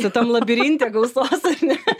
tam labirinte gausos ar ne